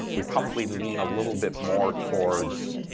we probably lean a little bit more towards